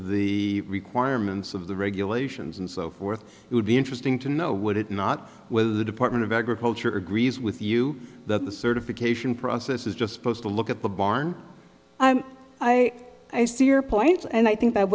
the requirements of the regulations and so forth it would be interesting to know would it not whether the department of agriculture agrees with you that the certification process is just posed to look at the barn i'm i i see your point and i think that